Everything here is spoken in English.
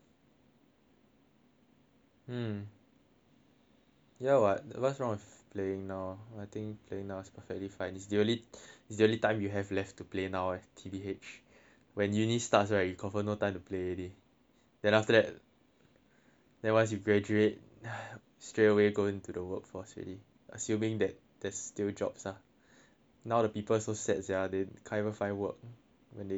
hmm ya [what] what's wrong with playing now I think playing now is perfectly fine it's the only it's the only time you have left to play now T_B_H when uni starts right you confirm no time to play already then after that then once you graduate !huh! straight away go into the workforce really assuming that there's still jobs ah now the people so sad sia they can't even find work when they graduate